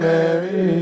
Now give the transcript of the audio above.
Mary